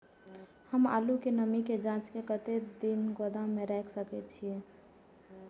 हम आलू के नमी के जाँच के कतेक दिन गोदाम में रख सके छीए?